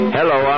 Hello